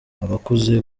abakuze